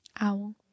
Owl